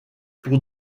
pour